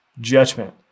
judgment